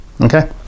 okay